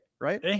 Right